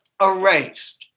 erased